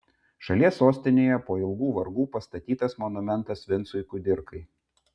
šalies sostinėje po ilgų vargų pastatytas monumentas vincui kudirkai